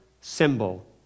symbol